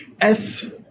S-